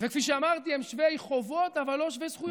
וכפי שאמרתי הם שווי חובות, אבל לא שווי זכויות.